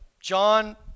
John